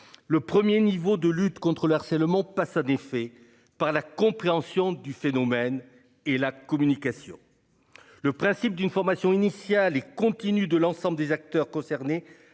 Le 1er niveau de lutte contre le harcèlement pas défait par la compréhension du phénomène, et la communication. Le principe d'une formation initiale et continue de l'ensemble des acteurs concernés